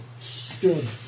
Stood